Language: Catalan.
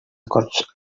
acords